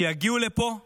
שיגיעו לפה ויגידו: